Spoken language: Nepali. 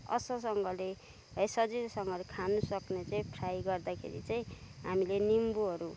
असलसँगले है सजिलोसँगले खानु सक्ने चाहिँ फ्राई गर्दाखेरि चाहिँ हामीले निम्बूहरू